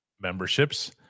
memberships